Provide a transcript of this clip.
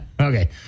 Okay